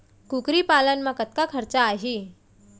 कुकरी पालन म कतका खरचा आही?